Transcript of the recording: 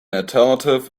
alternative